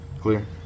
clear